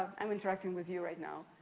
i'm interacting with you right now.